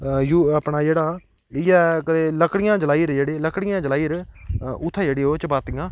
अपना जेह्ड़ा इ'यै लकड़ियां जलाईर जेह्ड़ी लकड़ियां जलाईर उत्थै जेह्ड़ी ओह् चपाातियां